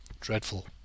Dreadful